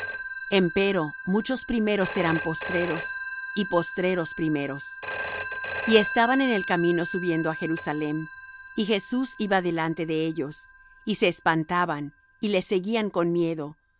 eterna empero muchos primeros serán postreros y postreros primeros y estaban en el camino subiendo á jerusalem y jesús iba delante de ellos y se espantaban y le seguían con miedo